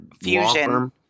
Fusion